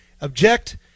object